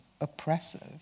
oppressive